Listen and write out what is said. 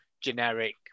generic